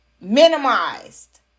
minimized